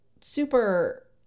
super